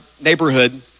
neighborhood